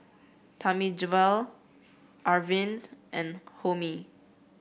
Thamizhavel Arvind and Homi